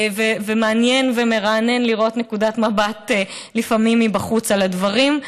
ומעניין ומרענן לפעמים לראות נקודת מבט מבחוץ על הדברים,